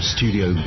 Studio